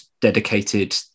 dedicated